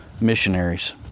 missionaries